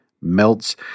Melts